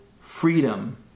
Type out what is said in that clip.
freedom